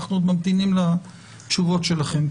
אנחנו ממתינים לתשובות שלכם.